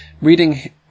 reading